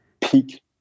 peak